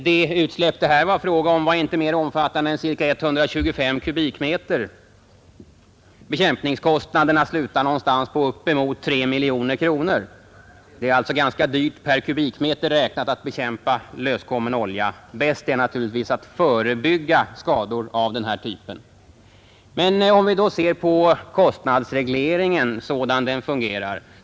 Det utsläpp det här var fråga om var inte mer omfattande än ca 125 m?. Bekämpningskostnaderna var uppemot 3 miljoner kronor. Det är alltså ganska dyrt per kubikmeter räknat att bekämpa löskommen olja. Bäst är naturligtvis att förebygga skador av den här typen. Låt oss se hur kostnadsregleringen fungerar.